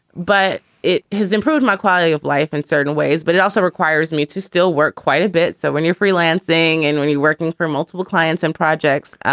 but it has improved my quality of life in and certain ways, but it also requires me to still work quite a bit. so when you're freelancing and when you're working for multiple clients and projects,